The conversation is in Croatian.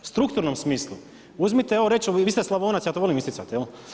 U strukturnom smislu uzmite evo recimo, vi ste Slavonac, ja to volim isticati.